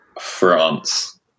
France